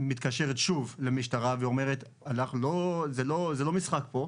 מתקשרת שוב למשטרה ואומרת "זה לא משחק פה.